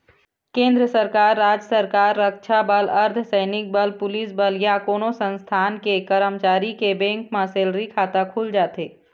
केंद्र सरकार, राज सरकार, रक्छा बल, अर्धसैनिक बल, पुलिस बल या कोनो संस्थान के करमचारी के बेंक म सेलरी खाता खुल जाथे